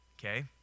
okay